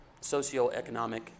socioeconomic